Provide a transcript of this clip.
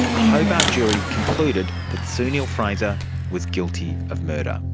a hobart jury concluded that sue neill-fraser was guilty of murder.